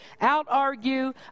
out-argue